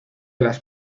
las